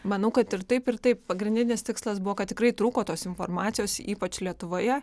manau kad ir taip ir taip pagrindinis tikslas buvo kad tikrai trūko tos informacijos ypač lietuvoje